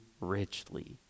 richly